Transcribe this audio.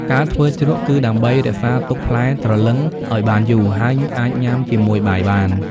ការធ្វើជ្រក់គឺដើម្បី រក្សាទុកផ្លែទ្រលឹងឱ្យបានយូរ ហើយអាចញ៉ាំជាមួយបាយបាន។